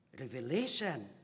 revelation